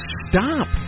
stop